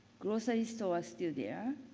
grocery store are still there.